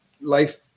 life